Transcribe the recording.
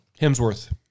Hemsworth